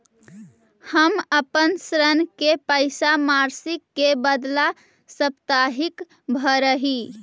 हम अपन ऋण के पैसा मासिक के बदला साप्ताहिक भरअ ही